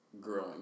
growing